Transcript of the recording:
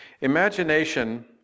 Imagination